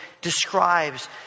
describes